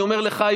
אני אומר לך,